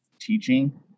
teaching